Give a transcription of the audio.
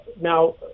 now